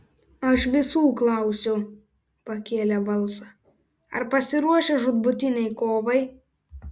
aš visų klausiu pakėlė balsą ar pasiruošę žūtbūtinei kovai